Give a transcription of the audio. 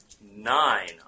Nine